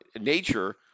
nature